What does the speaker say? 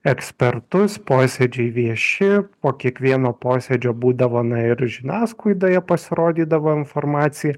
ekspertus posėdžiai vieši po kiekvieno posėdžio būdavome ir žiniasklaidoje pasirodydavo informacija